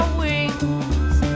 wings